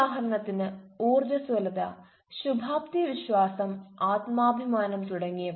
ഉദാഹരണത്തിന് ഊർജ്ജസ്വലത ശുഭാപ്തിവിശ്വാസം ആത്മാഭിമാനം തുടങ്ങിയ